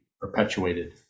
perpetuated